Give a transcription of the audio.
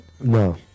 No